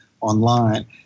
online